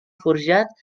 forjat